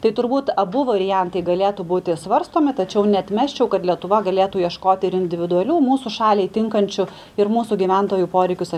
tai turbūt abu variantai galėtų būti svarstomi tačiau neatmesčiau kad lietuva galėtų ieškoti ir individualių mūsų šaliai tinkančių ir mūsų gyventojų poreikius